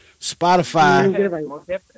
Spotify